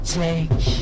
take